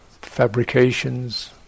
fabrications